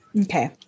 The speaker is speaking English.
okay